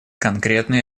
конкретные